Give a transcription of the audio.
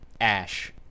Ash